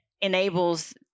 enables